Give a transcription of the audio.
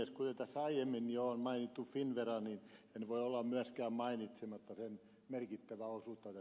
kuten tässä aiemmin jo on mainittu finnvera niin en voi olla myöskään mainitsematta sen merkittävä osuutensa